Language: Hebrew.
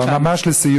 אבל ממש לסיום.